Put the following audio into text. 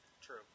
True